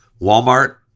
Walmart